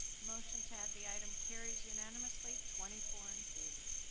motion to add the item carries unanimously twenty four in favor.